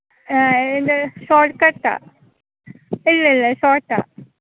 എന്റെ short cut ആണ് ഇല്ല ഇല്ല ഷോർട്ട് ആണ്